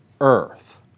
earth